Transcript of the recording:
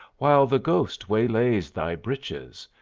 while the ghost waylays thy breeches,